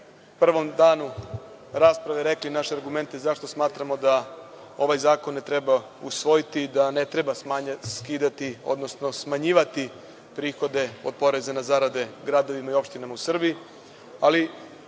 prvom danu rasprave rekli naše argumente zašto smatramo da ovaj zakon ne treba usvojiti i da ne treba skidati, odnosno, smanjivati prihode od poreza na zarade, gradovima i opštinama u Srbiji. Ali,